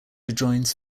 adjoins